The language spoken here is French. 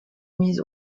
mise